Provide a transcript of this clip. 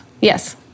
Yes